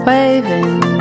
Waving